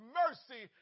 mercy